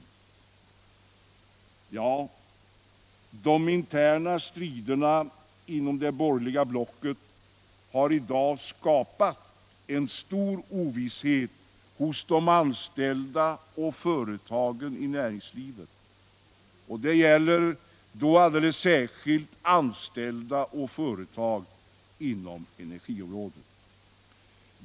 De interna striderna inom det borgerliga blocket har i dag skapat en stor ovisshet hos de anställda och företagen i näringslivet. Det gäller alldeles särskilt anställda och företag inom energiområdet.